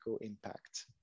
impact